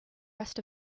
rest